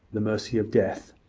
the mercy of death,